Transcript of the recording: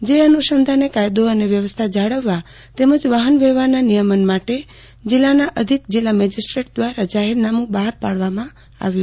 જે અનુ સંધાને કાયદો અને વ્યવસ્થા જાળવવા તેમજ વાહન વ્યવહારના નિયમન માટે જીલ્લાના અધિક જીલ્લા મેજીસ્ટ્રેટ દ્વારા જાહેરનામું બહાર પાડવામાં આવ્યું